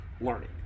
learning